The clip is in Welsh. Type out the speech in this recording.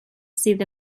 sydd